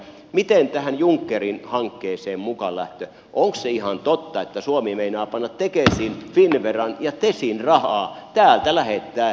miten tähän junckerin hankkeeseen mukaan lähtö onko se ihan totta että suomi meinaa täältä lähettää tekesin finnveran ja tesin rahaa junckerin pakettia varten